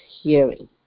hearing